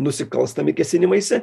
nusikalstami kėsinimaisi